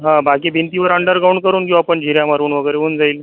हा बाकी भिंतीवर अंडरग्राउंड करून घेऊ आपण जिऱ्या मारून वगैरे होऊन जाईल